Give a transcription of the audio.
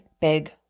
big